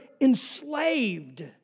enslaved